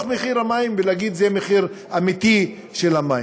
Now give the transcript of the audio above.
מחיר המים ולהגיד שזה המחיר האמיתי של המים.